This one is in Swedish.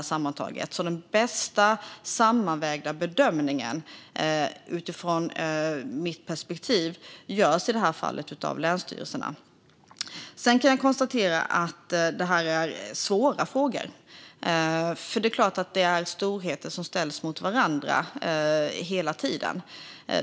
Utifrån mitt perspektiv görs alltså den bästa sammanvägda bedömningen av länsstyrelserna i det här fallet. Sedan kan jag konstatera att detta är svåra frågor, för det är klart att det hela tiden är storheter som ställs mot varandra.